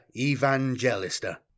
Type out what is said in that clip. Evangelista